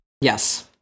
Yes